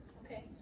Okay